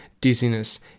dizziness